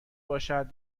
باشد